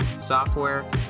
software